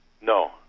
No